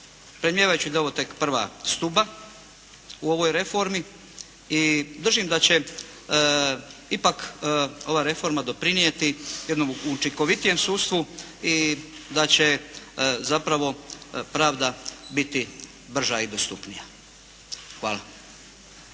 predmnijevajući da je ovo tek prva stuba u ovoj reformi i držim da će ipak ova reforma doprinijeti jednom učinkovitijem sudstvu i da će zapravo pravda biti brža i dostupnija. Hvala.